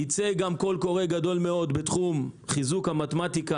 ייצא גם קול קורא גדול מאוד בתחום חיזוק המתמטיקה